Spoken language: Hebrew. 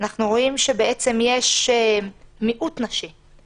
אנחנו רואים שבעצם יש מיעוט נשי.